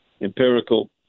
empirical